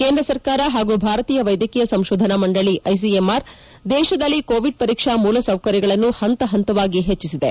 ಕೇಂದ್ರ ಸರ್ಕಾರ ಹಾಗೂ ಭಾರತೀಯ ವೈದ್ಯಕೀಯ ಸಂಶೋಧನಾ ಮಂಡಳಿ ಐಸಿಎಂಆರ್ ದೇಶದಲ್ಲಿ ಕೋವಿಡ್ ಪರೀಕ್ಷಾ ಮೂಲಸೌಕರ್ಯಗಳನ್ನು ಹಂತ ಹಂತವಾಗಿ ಹೆಚ್ಚಿಸಿದೆ